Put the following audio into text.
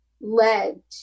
led